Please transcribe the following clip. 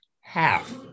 half